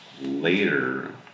later